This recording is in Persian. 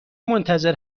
منتظر